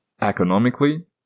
economically